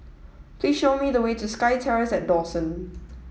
please show me the way to SkyTerrace at Dawson